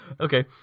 Okay